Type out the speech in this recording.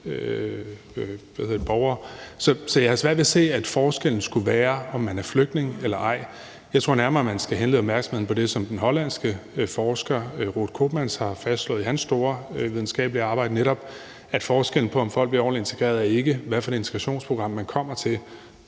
Så jeg har svært ved at se, at forskellen skulle være, om man er flygtning eller ej. Jeg tror nærmere, at man skal henlede opmærksomheden på det, som den hollandske forsker Ruud Koopmans har fastslået i sit store videnskabelige arbejde, netop at forskellen på, om folk bliver ordentligt integreret eller ej, ikke er, hvad for et integrationsprogram man kommer til.